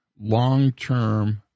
long-term